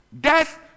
Death